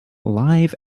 live